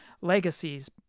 legacies